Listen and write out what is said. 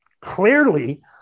clearly